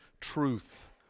truth